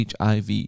HIV